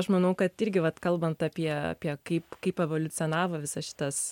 aš manau kad irgi vat kalbant apie apie kaip kaip evoliucionavo visas šitas